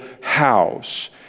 house